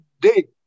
day